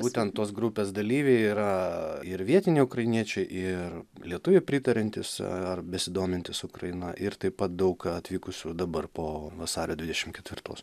būtent tos grupės dalyviai yra ir vietiniai ukrainiečiai ir lietuviai pritariantys ar besidomintys ukraina ir taip pat daug atvykusių dabar po vasario dvidešim ketvirtos